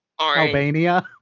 Albania